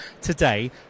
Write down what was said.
today